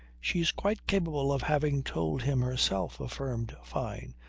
she's quite capable of having told him herself, affirmed fyne,